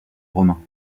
romain